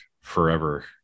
forever